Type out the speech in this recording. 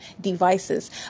devices